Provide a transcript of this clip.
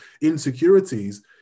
insecurities